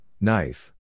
knife